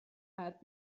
had